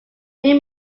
new